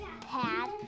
pad